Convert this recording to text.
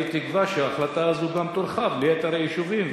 אני תקווה שההחלטה הזו תורחב ליתר היישובים,